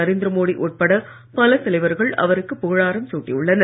நரேந்திர மோடி உட்பட பல தலைவர்கள் அவருக்கு புகழாரம் சூட்டியுள்ளனர்